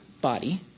body